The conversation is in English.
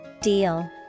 Deal